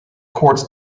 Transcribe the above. courts